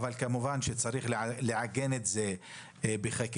אבל כמובן צריך לעגן את זה בחקיקה.